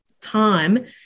time